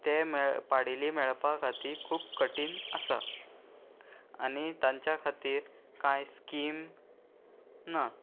ते मेळ पाडेली मेळपा खातीर खूब कठीण आसा आनी तांच्या खातीर कांय स्कीम ना